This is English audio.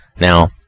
Now